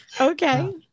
okay